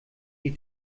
die